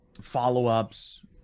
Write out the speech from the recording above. follow-ups